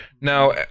Now